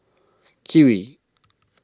Kiwi